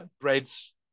breads